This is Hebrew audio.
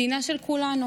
מדינה של כולנו.